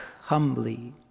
humbly